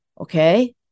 okay